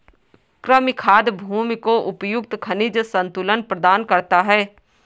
कृमि खाद भूमि को उपयुक्त खनिज संतुलन प्रदान करता है